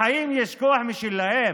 לחיים יש כוח משלהם.